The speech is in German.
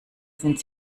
sind